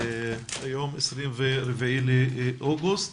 היום -24 באוגוסט